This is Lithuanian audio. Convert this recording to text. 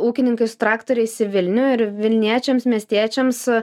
ūkininkai su traktoriais į vilnių ir vilniečiams miestiečiams